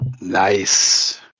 Nice